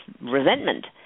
resentment